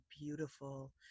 beautiful